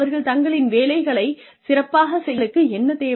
அவர்கள் தங்களின் வேலைகளைச் சிறப்பாகச் செய்ய அவர்களுக்கு என்ன தேவை